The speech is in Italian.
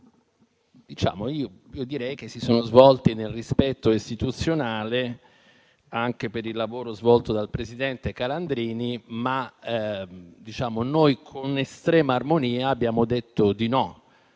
io direi che si sono svolti nel rispetto istituzionale, anche grazie al lavoro svolto dal presidente Calandrini, ma noi, con estrema armonia, abbiamo detto di no